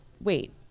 wait